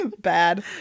bad